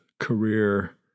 Career